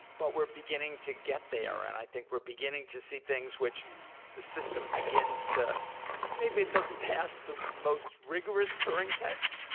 but we're beginning to get there and i think we're beginning to see things which the system begins to maybe it doesn't pass the most rigorous turing tests,